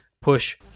push